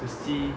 to see